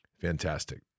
fantastic